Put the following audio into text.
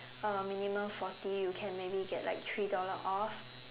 uh minimum forty you can maybe get like three dollar off